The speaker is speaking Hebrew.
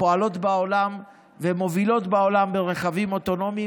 ופועלות בעולם והן מובילות בעולם ברכבים אוטונומיים.